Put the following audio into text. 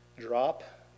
drop